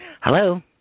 Hello